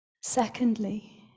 secondly